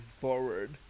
forward